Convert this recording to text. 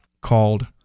called